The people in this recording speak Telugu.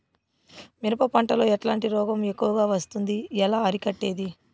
మిరప పంట లో ఎట్లాంటి రోగం ఎక్కువగా వస్తుంది? ఎలా అరికట్టేది?